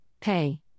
Pay